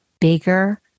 bigger